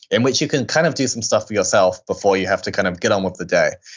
in which you can kind of do some stuff for yourself before you have to kind of get on with the day.